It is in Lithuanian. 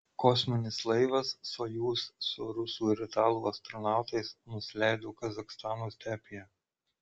kosminis laivas sojuz su rusų ir italų astronautais nusileido kazachstano stepėje